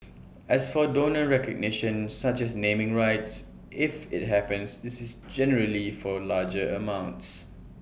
as for donor recognition such as naming rights if IT happens this is generally for larger amounts